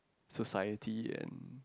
society and